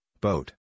boat